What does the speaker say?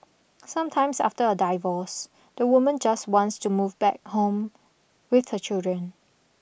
sometimes after a the woman just wants to move back home with her children